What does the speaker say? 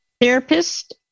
therapist